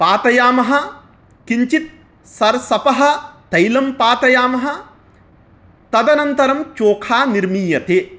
पातयामः किञ्चित् सर्षपः तैलं पातयामः तदनन्तरं चोखा निर्मीयते